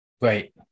Right